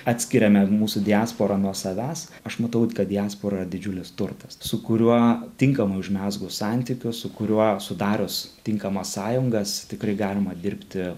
atskiriame mūsų diasporą nuo savęs aš matau kad diaspora didžiulis turtas su kuriuo tinkamai užmezgus santykius su kuriuo sudarius tinkamas sąjungas tikrai galima dirbti